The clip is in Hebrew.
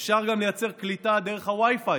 אפשר גם לייצר קליטה דרך ה-Wi-Fi,